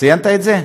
ציינת את זה?